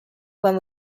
when